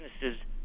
businesses